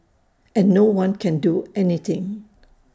and no one can do anything